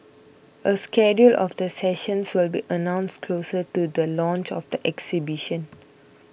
a schedule of the sessions will be announced closer to the launch of the exhibition